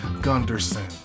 Gunderson